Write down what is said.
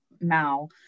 Mal